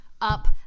up